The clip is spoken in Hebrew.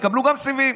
יקבלו סיבים.